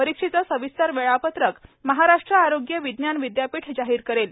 परीक्षेचं सविस्तर वेळापत्रक महाराष्ट्र आरोग्य विज्ञान विदयापीठ जाहीर करेल